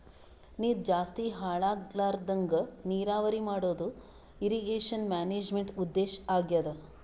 ನೀರ್ ಜಾಸ್ತಿ ಹಾಳ್ ಆಗ್ಲರದಂಗ್ ನೀರಾವರಿ ಮಾಡದು ಇರ್ರೀಗೇಷನ್ ಮ್ಯಾನೇಜ್ಮೆಂಟ್ದು ಉದ್ದೇಶ್ ಆಗ್ಯಾದ